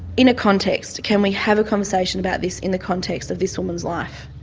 in a context, can we have a conversation about this in the context of this woman's life?